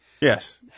Yes